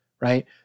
right